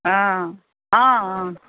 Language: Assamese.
অঁ অঁ